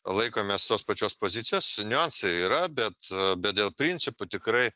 laikomės tos pačios pozicijos niuansai yra bet bet dėl principų tikrai